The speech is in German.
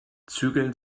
zügeln